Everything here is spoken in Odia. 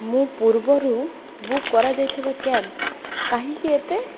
ମୁଁ ପୂର୍ବରୁ ବୁକ୍ କରାଯାଇଥିବା କ୍ୟାବ୍ କାହିଁକି ଏତେ